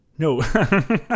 No